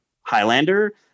highlander